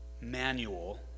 manual